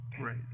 Right